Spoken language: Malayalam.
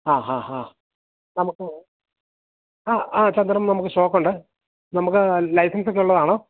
ഹാ ഹാ ഹാ നമുക്ക് ആ ആ ചന്ദനം നമുക്ക് സ്റ്റോക്കുണ്ട് നമുക്ക് ലൈസൻസൊക്കെ ഉള്ളതാണ്